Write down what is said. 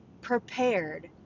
prepared